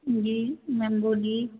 जी ma'am बोलिए